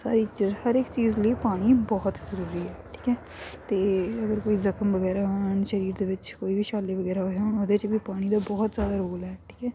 ਹਰ ਇੱਕ ਚੀਜ਼ ਹਰ ਇੱਕ ਚੀਜ਼ ਲਈ ਪਾਣੀ ਬਹੁਤ ਜ਼ਰੂਰੀ ਹੈ ਠੀਕ ਹੈ ਅਤੇ ਅਗਰ ਕੋਈ ਜ਼ਖਮ ਵਗੈਰਾ ਆਣ ਸਰੀਰ ਦੇ ਵਿੱਚ ਕੋਈ ਵੀ ਛਾਲੇ ਵਗੈਰਾ ਹੋਏ ਹੋਣ ਉਹਦੇ 'ਚ ਵੀ ਪਾਣੀ ਦਾ ਬਹੁਤ ਜ਼ਿਆਦਾ ਰੋਲ ਹੈ ਠੀਕ ਹੈ